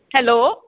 hello